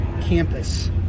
campus